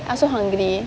I'm so hungry